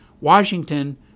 Washington